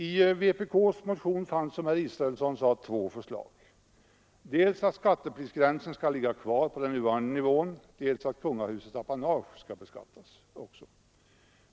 I vpk:s motion fanns, som herr Israelsson sade, två förslag: dels att skattepliktsgränsen skall ligga kvar på den nuvarande nivån, dels att också kungahusets apanage skall beskattas.